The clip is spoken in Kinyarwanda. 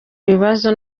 ibibazo